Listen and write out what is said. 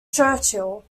churchill